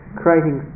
creating